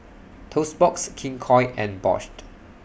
Toast Box King Koil and Bosch